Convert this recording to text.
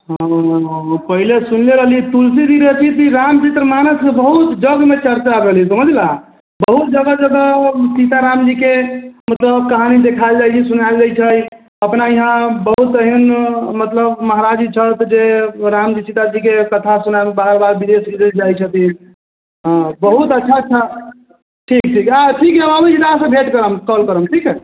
हाँ पहिने सुनने रहली तुलसी जी रचित रामचरित्रमानसमे बहुत जगमे चर्चा भेलै समझलह बहुत जगह जगह सीतारामजीके मतलब कहानी देखायल जाइत छै सुनायल जाइत छै अपना इहाँ बहुत एहन मतलब महाराज जी छथि जे रामजी सीताजीके कथा सुनाबय बाहर बाहर विदेश विदेश जाइत छथिन हँ बहुत अच्छा अच्छा ठीक छै आ ठीक छै हम अबैत छी तऽ अहाँसँ भेँट करब कॉल करब ठीक हइ